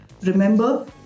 Remember